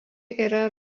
yra